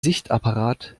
sichtapparat